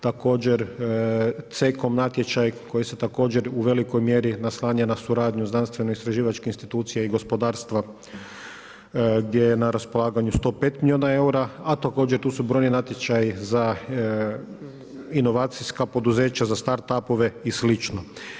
Također CEKOM natječaj koji se također u velikoj mjeri naslanja na suradnju znanstveno istraživačke institucije i gospodarstva gdje je na raspolaganju 105 milijuna eura a također tu su brojni natječaji za inovacijska poduzeća, za start up-ove i slično.